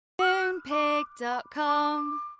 Moonpig.com